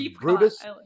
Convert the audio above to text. Brutus